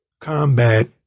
combat